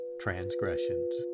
transgressions